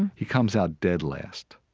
and he comes out dead last.